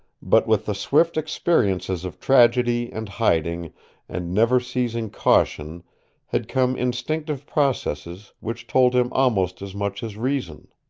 but with the swift experiences of tragedy and hiding and never-ceasing caution had come instinctive processes which told him almost as much as reason.